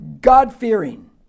God-fearing